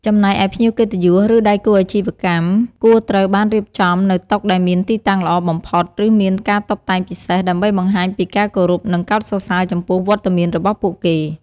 ចំណែកឯភ្ញៀវកិត្តិយស ឬដៃគូអាជីវកម្មគួរត្រូវបានរៀបចំនៅតុដែលមានទីតាំងល្អបំផុត ឬមានការតុបតែងពិសេស ដើម្បីបង្ហាញពីការគោរព និងកោតសរសើរចំពោះវត្តមានរបស់ពួកគេ។